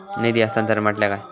निधी हस्तांतरण म्हटल्या काय?